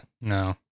No